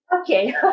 Okay